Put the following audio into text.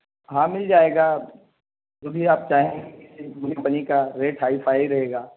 ہاں مل جائے گا جو بھی آپ چاہیں کمپنی کا ریٹ ہائی فائی رہے گا